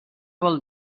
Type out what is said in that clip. vol